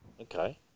Okay